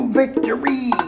victory